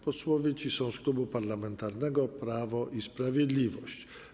Posłowie ci są z Klubu Parlamentarnego Prawo i Sprawiedliwość.